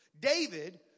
David